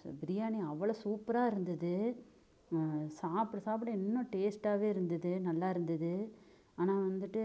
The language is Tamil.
ஸோ பிரியாணி அவ்வளோ சூப்பராக இருந்தது சாப்பிட சாப்பிட இன்னும் டேஸ்டாகவே இருந்தது நல்லா இருந்தது ஆனால் வந்துட்டு